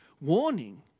warning